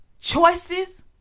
choices